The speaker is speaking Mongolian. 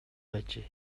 байжээ